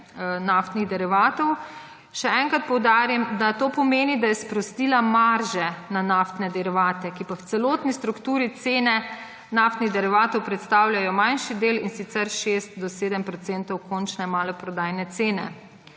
naftnih derivatov, še enkrat poudarim, to pomeni, da je sprostila marže na naftne derivate, ki pa v celotni strukturi cene naftnih derivatov predstavljajo manjši del, in sicer 6–7 % končne maloprodajne cene.